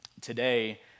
today